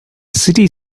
city